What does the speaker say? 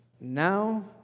Now